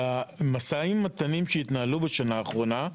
במשאים ומתנים שהתנהלו בשנה האחרונה,